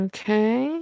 Okay